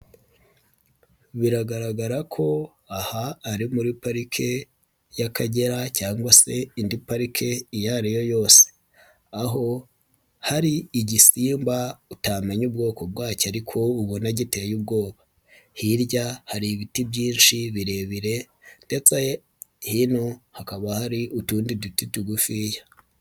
Biragaragara ko aha ari muri Parike y'Akagera cyangwa se indi parike iyo ari yo yose, aho hari igisimba utamenya ubwoko bwacyo ariko ubona giteye ubwoba, hirya hari ibiti byinshi birebire ndetse hino hakaba hari utundi duti tugufiya.